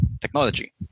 technology